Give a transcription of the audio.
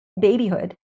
babyhood